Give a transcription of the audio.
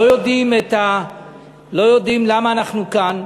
לא יודעים למה אנחנו כאן.